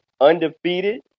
undefeated